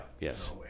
Yes